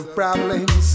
problems